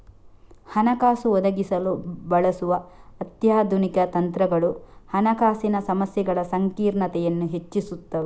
ಹಣಕಾಸು ಒದಗಿಸಲು ಬಳಸುವ ಅತ್ಯಾಧುನಿಕ ತಂತ್ರಗಳು ಹಣಕಾಸಿನ ಸಮಸ್ಯೆಗಳ ಸಂಕೀರ್ಣತೆಯನ್ನು ಹೆಚ್ಚಿಸುತ್ತವೆ